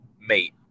Mate